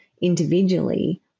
individually